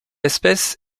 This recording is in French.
espèce